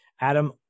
Adam